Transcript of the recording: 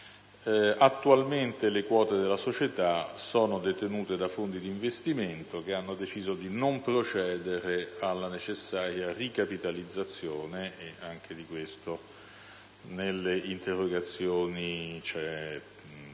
Attualmente le quote della società sono detenute da fondi d'investimento che hanno deciso di non procedere alla necessaria ricapitalizzazione, e negli atti di sindacato